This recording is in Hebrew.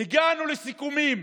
הגענו לסיכומים,